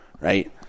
right